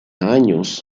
años